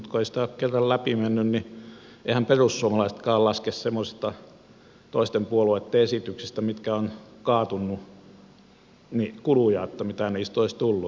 mutta kun ei se ole kerran läpi mennyt niin eihän perussuomalaisetkaan laske semmoisista toisten puolueitten esityksistä mitkä ovat kaatuneet että mitä kuluja niistä olisi tullut